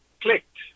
clicked